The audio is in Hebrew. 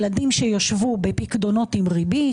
ילדים שישבו בפיקדונות עם ריבית